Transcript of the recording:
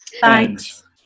Thanks